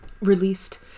Released